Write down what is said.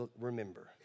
remember